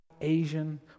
Asian